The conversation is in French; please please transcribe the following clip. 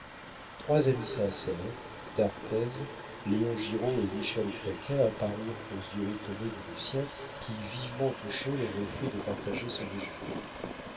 trois amis sincères d'arthez léon giraud et michel chrestien apparurent aux yeux étonnés de lucien qui vivement touché leur offrit de partager son déjeuner